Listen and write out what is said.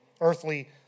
earthly